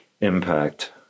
impact